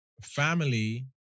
Family